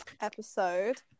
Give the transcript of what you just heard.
episode